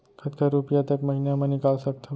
कतका रुपिया एक महीना म निकाल सकथव?